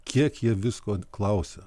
kiek jie visko klausia